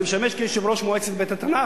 אני משמש יושב-ראש מועצת בית-התנ"ך.